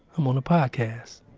i'm on a podcast.